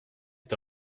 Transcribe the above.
est